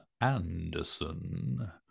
Anderson